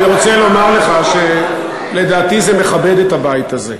אני רוצה לומר לך שלדעתי זה מכבד את הבית הזה.